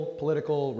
political